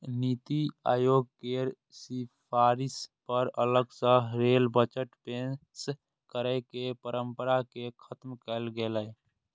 नीति आयोग केर सिफारिश पर अलग सं रेल बजट पेश करै के परंपरा कें खत्म कैल गेलै